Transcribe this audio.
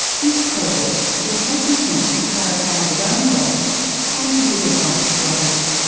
this project is helping him to clarify his own goals and to give advice to others.